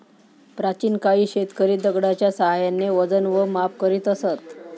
प्राचीन काळी शेतकरी दगडाच्या साहाय्याने वजन व माप करीत असत